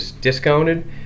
discounted